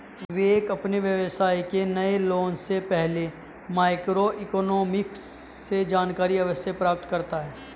विवेक अपने व्यवसाय के नए लॉन्च से पहले माइक्रो इकोनॉमिक्स से जानकारी अवश्य प्राप्त करता है